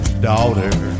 daughter